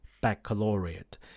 Baccalaureate